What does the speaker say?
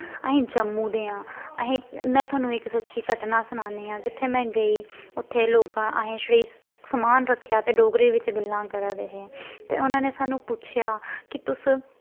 अस जम्मू दे आं अस में थुआनू इक सच्ची घटना सनानी आं जित्थै में गेई उत्थै लोकें असें छड़े समान रक्खेआ ते डोगरी बिच्च गल्लां करा दे हे ते उनां ने सानूं पुच्छेआ कि तुस